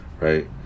right